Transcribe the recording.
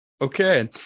Okay